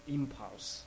impulse